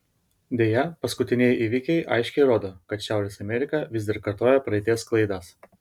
deja paskutinieji įvykiai aiškiai rodo kad šiaurės amerika vis dar kartoja praeities klaidas